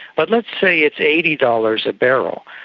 but let's say it's eighty dollars a barrel,